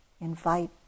Invite